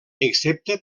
excepte